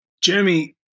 Jeremy